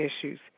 issues